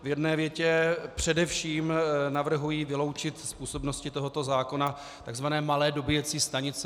V jedné větě především navrhuji vyloučit z působnosti tohoto zákona tzv. malé dobíjecí stanice.